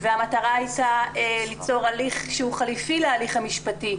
והמטרה הייתה ליצור הליך שהוא חליפי להליך המשפטי,